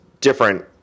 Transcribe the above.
different